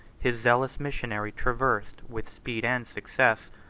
his zealous missionary traversed. with speed and success,